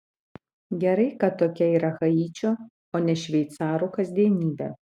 gerai kad tokia yra haičio o ne šveicarų kasdienybė